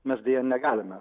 mes deja negalime